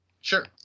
Sure